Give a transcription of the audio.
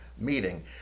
meeting